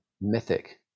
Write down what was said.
mythic